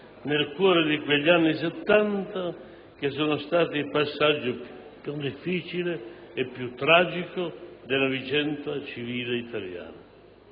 nel cuore di quegli anni Settanta che sono stati il passaggio più difficile e tragico della vicenda civile italiana.